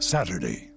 Saturday